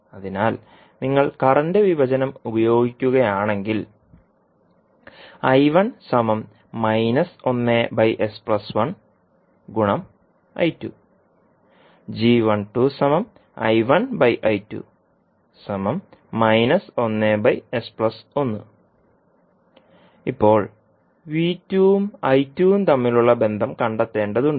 അതിനാൽ നിങ്ങൾ കറന്റ് വിഭജനം ഉപയോഗിക്കുകയാണെങ്കിൽ ഇപ്പോൾ ഉം ഉം തമ്മിലുള്ള ബന്ധം കണ്ടെത്തേണ്ടതുണ്ട്